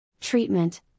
Treatment